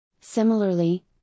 Similarly